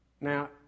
Now